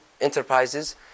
enterprises